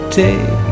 take